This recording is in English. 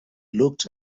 looked